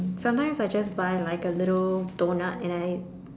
sometimes I just buy like a little doughnut and I